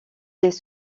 des